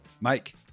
Mike